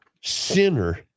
sinner